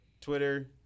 Twitter